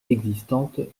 existante